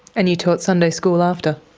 and you taught sunday school after?